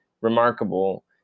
remarkable